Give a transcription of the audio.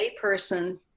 person